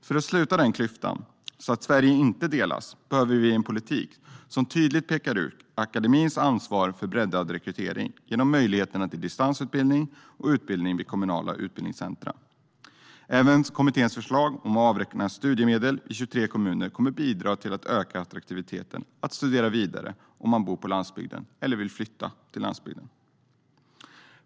För att sluta den klyftan, så att Sverige inte delas, behöver vi från politiken tydligt peka ut akademins ansvar för breddad rekrytering genom möjligheterna till distansutbildning och utbildning vid kommunala utbildningscentrum. Även kommitténs förslag om att avräkna studiemedel i 23 kommuner kommer att bidra till att öka attraktiviteten att studera vidare om man bor på landsbygden eller vill flytta till landsbygden.